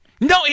No